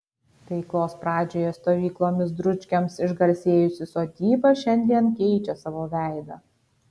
veiklos pradžioje stovyklomis dručkiams išgarsėjusi sodyba šiandien keičia savo veidą